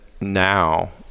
now